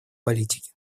политике